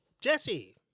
Jesse